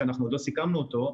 שעוד לא סיכמנו אותו,